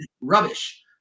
rubbish